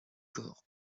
corps